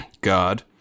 god